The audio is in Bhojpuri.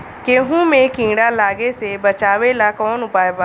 गेहूँ मे कीड़ा लागे से बचावेला कौन उपाय बा?